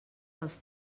dels